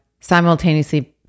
simultaneously